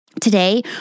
Today